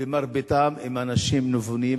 מרביתם, הם אנשים נבונים וחכמים.